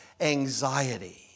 anxiety